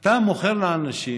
אתה מוכר לאנשים